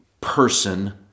person